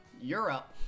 Europe